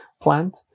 plant